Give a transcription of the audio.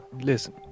Listen